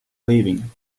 leaving